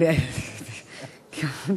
למה אנחנו צריכים לסבול?